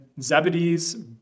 Zebedee's